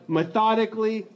methodically